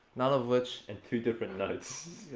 none of which. and two different notes.